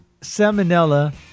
Salmonella